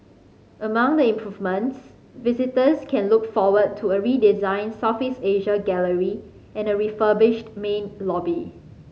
among the improvements visitors can look forward to a redesigned Southeast Asia gallery and a refurbished main lobby